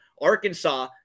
Arkansas